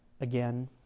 again